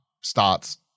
starts